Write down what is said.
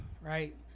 right